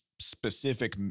specific